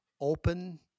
open